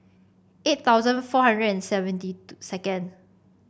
eight thousand four hundred and seventy two second